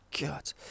God